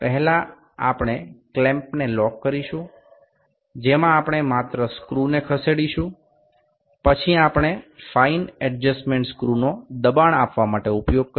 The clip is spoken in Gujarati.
પહેલા આપણે ક્લેમ્પને લોક કરીશું જેમાં આપણે માત્ર સ્ક્રૂને ખસેડીશું પછી આપણે ફાઈન એડજસ્ટમેન્ટ સ્ક્રૂનો દબાણ આપવા માટે ઉપયોગ કરીશું